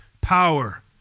power